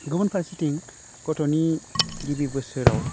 गुबुन फारसेथिं गथ'नि गिबि बोसोराव